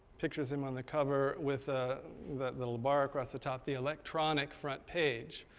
pictures him on the cover with ah that little bar across the top, the electronic frontpage.